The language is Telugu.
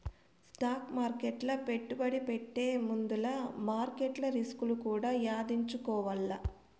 స్టాక్ మార్కెట్ల పెట్టుబడి పెట్టే ముందుల మార్కెట్ల రిస్కులు కూడా యాదించుకోవాల్ల